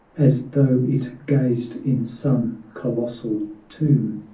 as though it gazed in some colossal tomb,